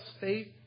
faith